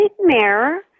nightmare